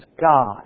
God